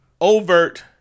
Overt